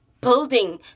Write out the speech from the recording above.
building